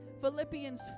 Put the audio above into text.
Philippians